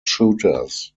shooters